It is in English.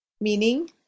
meaning